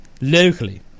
locally